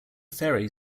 ferry